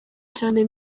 cyane